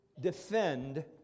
defend